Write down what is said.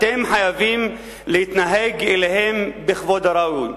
אתם חייבים להתנהג אליהם בכבוד הראוי.